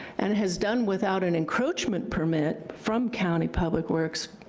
and has done without an encroachment permit from county public works,